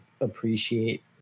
appreciate